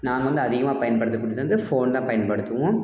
நாங்கள் வந்து அதிகமாக பயன்படுத்தக்கூடியது வந்து ஃபோன் தான் பயன்படுத்துவோம்